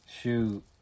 Shoot